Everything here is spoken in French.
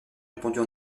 répandue